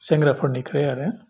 सेंग्राफोरनिफ्राइ आरो